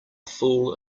fool